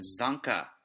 Zanka